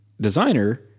designer